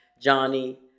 johnny